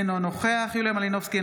אינו נוכח יוליה מלינובסקי,